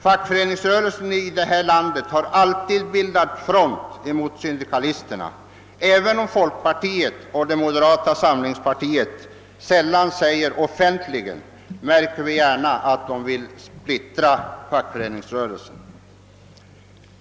Fackföreningsrörelsen i vårt land har alltid bildat front mot syndikalisterna. Även om folkpartiet och moderata samlingspartiet sällan säger det offentligt, märker vi att de gärna vill splittra fackföreningsrörelsen.